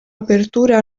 apertura